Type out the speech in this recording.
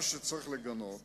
מה שצריך לגנות